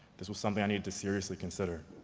this was something i needed to seriously consider.